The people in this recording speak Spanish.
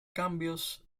cambios